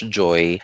joy